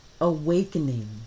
awakening